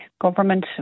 government